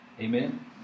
Amen